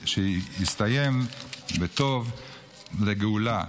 שיסתיים בטוב לגאולה.